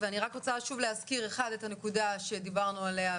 אני רק רוצה שוב להזכיר את הנקודה שדיברנו עליה,